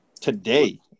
Today